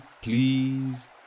please